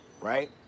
right